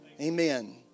Amen